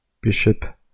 bishop